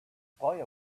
boy